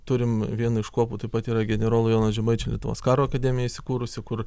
turim vieną iš kuopų taip pat yra generolo jono žemaičio lietuvos karo akademija įsikūrusi kur